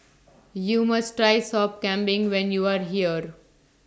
YOU must Try Sop Kambing when YOU Are here